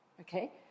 okay